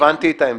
הבנתי את העמדה.